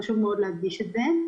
חשוב מאוד להדגיש את זה.